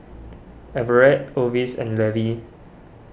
Everet Orvis and Levy